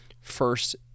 First